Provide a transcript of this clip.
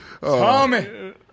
Tommy